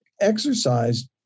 exercise